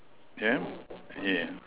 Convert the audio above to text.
yeah yeah